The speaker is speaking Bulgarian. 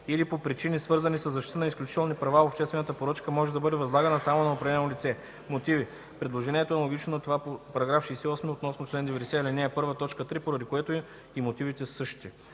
или по причини, свързани със защита на изключителни права обществената поръчка може да бъде възложена само на определено лице.” Мотиви: Предложението е аналогично на това по § 68 относно чл. 90, ал. 1, т. 3, поради което и мотивите са същите.